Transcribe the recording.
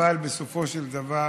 אבל בסופו של דבר